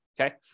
okay